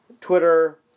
Twitter